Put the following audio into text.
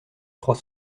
trois